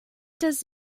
does